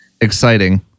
exciting